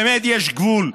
באמת, יש גבול.